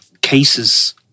cases